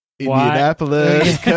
Indianapolis